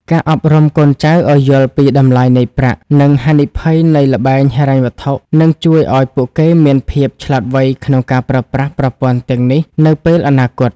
ការអប់រំកូនចៅឱ្យយល់ពី "តម្លៃនៃប្រាក់ និងហានិភ័យនៃល្បែងហិរញ្ញវត្ថុ" នឹងជួយឱ្យពួកគេមានភាពឆ្លាតវៃក្នុងការប្រើប្រាស់ប្រព័ន្ធទាំងនេះនៅពេលអនាគត។